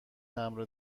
تمبر